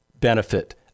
benefit